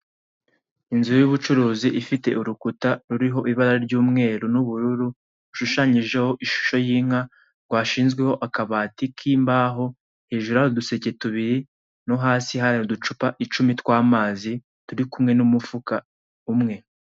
Inzu y'ubucuruzi ifite urukuta ruriho ibara ry'umweru n'ubururu rushushanyijeho ishusho y'inka rwashinzweho akabati k'imbaho hejuru hari uduseke tubiri no hasi hari uducupa icumi tw'amazi turi kumwe n'umufuka umwe.